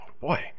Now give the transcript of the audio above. boy